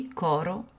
coro